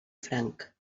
franc